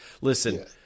Listen